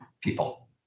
people